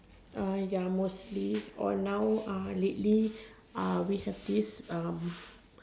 uh ya mostly or now lately uh we have this um